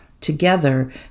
Together